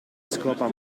scopa